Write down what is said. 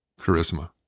Charisma